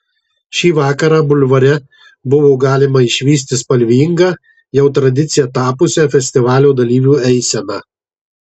šį vakarą bulvare buvo galima išvysti spalvingą jau tradicija tapusią festivalio dalyvių eiseną